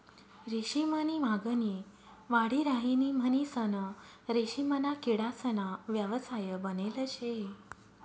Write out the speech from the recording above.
रेशीम नी मागणी वाढी राहिनी म्हणीसन रेशीमना किडासना व्यवसाय बनेल शे